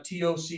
TOC